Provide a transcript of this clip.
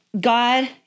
God